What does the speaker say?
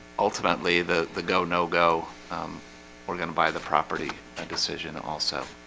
ultimately the the go no-go we're gonna buy the property a decision also,